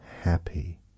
happy